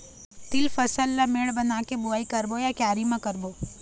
तील फसल ला मेड़ बना के बुआई करबो या क्यारी म करबो?